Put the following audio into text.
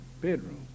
bedroom